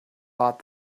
bought